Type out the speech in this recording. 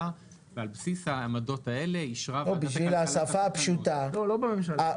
ועל בסיס העמדות האלה אישרה ועדת הכלכלה --- לא בממשלה.